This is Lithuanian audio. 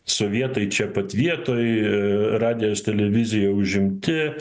sovietai čia pat vietoj radijas televizija užimti